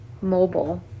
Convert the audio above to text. mobile